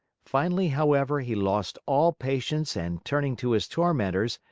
finally, however, he lost all patience and turning to his tormentors,